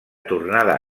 tornada